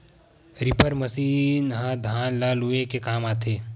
reaper machine ह धान ल लूए के काम आथे